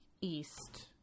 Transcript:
east